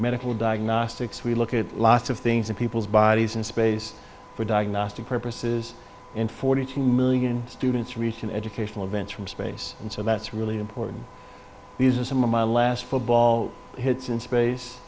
medical diagnostics we look at lots of things in people's bodies in space for diagnostic purposes in forty two million students reach an educational events from space and so that's really important these are some of my last football hits in space